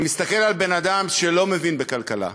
אני מסתכל על בן-אדם שלא מבין בכלכלה,